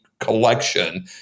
collection